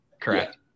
Correct